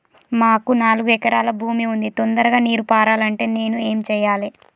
మాకు నాలుగు ఎకరాల భూమి ఉంది, తొందరగా నీరు పారాలంటే నేను ఏం చెయ్యాలే?